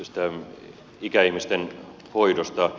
tästä ikäihmisten hoidosta